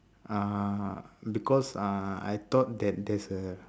uh because I uh I thought that there's a